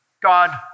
God